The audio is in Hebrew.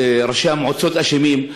ראשי המועצות אשמים,